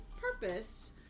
purpose